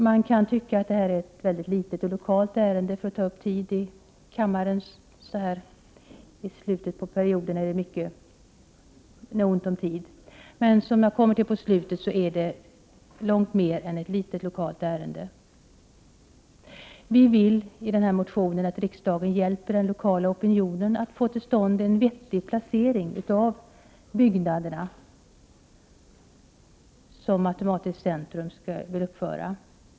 Det kan tyckas att det är ett alltför litet och lokalt ärende för att ta upp tid i kammaren med så här i slutet av sessionen, när det är mycket ont om tid, men det är — som jag kommer till på slutet — långt mer än ett litet lokalt ärende. Vi vill i motionen att riksdagen hjälper den lokala opinionen att få till stånd en vettig placering av byggnaderna som matematiskt centrum vill uppföra.